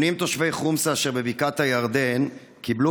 80 תושבי חומסה שבבקעת הירדן קיבלו